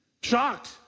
Shocked